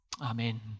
Amen